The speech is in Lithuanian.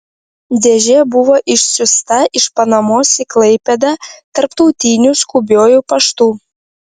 dėžė buvo išsiųsta iš panamos į klaipėdą tarptautiniu skubiuoju paštu